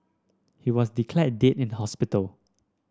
he was declared dead in hospital